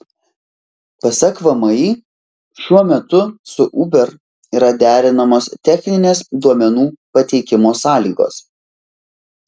pasak vmi šiuo metu su uber yra derinamos techninės duomenų pateikimo sąlygos